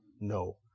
No